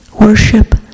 worship